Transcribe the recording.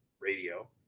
radio